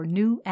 new